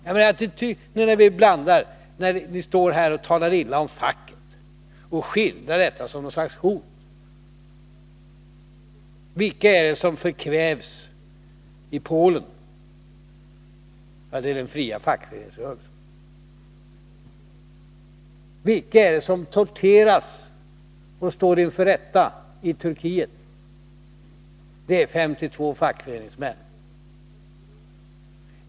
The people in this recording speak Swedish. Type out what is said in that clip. Jag vänder mig emot er attityd när ni står här och talar illa om facket och skildrar det som något slags hot. Vilka är det som förkvävs i Polen? Jo, den fria fackföreningsrörelsen. Vilka är det som torteras och står inför rätta i Turkiet? Jo, det är 52 fackföreningsmän.